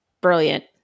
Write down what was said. brilliant